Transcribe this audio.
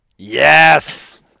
Yes